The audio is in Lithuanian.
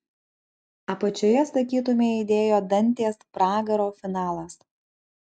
apačioje sakytumei aidėjo dantės pragaro finalas